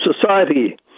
society